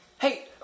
Hey